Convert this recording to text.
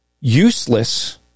useless